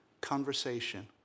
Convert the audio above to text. conversation